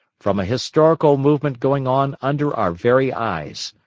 from a historical movement going on under our very eyes.